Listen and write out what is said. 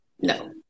No